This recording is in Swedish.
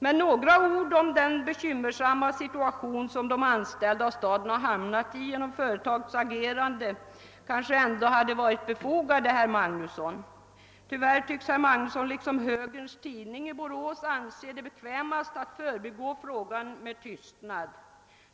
Men några ord om den bekymmersamma situation som de anställda och staden har hamnat i genom företagets agerande kanske ändå hade varit befogade, herr Magnusson. Tyvärr tycks herr Magnusson liksom högerns tidning i Borås anse det bekvämast att förbigå frågan med tystnad.